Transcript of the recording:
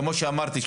כמו שאמרתי,